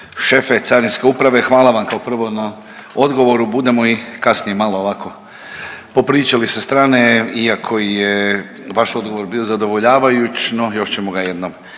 šefe carinske uprave, hvala vam kao prvo na odgovoru. Budemo i kasnije malo ovako popričali sa strane iako je vaš odgovor bio zadovoljavajuć, no još ćemo ga jednom